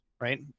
right